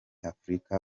afurika